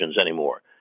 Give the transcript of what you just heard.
anymore